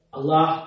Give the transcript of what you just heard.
Allah